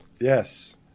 Yes